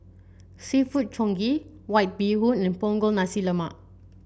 seafood Congee White Bee Hoon and Punggol Nasi Lemak